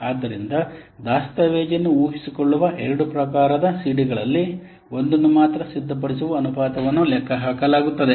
ಆದ್ದರಿಂದ ದಸ್ತಾವೇಜನ್ನು ಊಹಿಸಿಕೊಳ್ಳುವ ಎರಡು ಪ್ರಕಾರದ ಸಿಡಿಗಳಲ್ಲಿ ಒಂದನ್ನು ಮಾತ್ರ ಸಿದ್ಧಪಡಿಸುವ ಅನುಪಾತವನ್ನು ಲೆಕ್ಕಹಾಕಲಾಗುತ್ತದೆ